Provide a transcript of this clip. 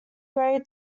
grey